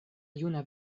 juna